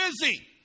busy